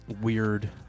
weird